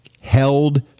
held